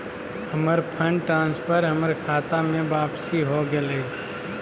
हमर fund transfer हमर खता में वापसी हो गेलय